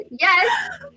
Yes